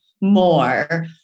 more